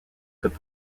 could